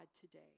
today